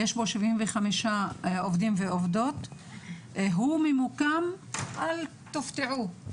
יש בו 75 עובדים ועובדות והוא ממוקם-אל תופתעו,